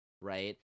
Right